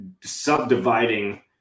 subdividing